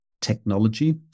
technology